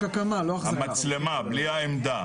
המצלמה, בלי העמדה.